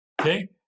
Okay